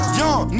young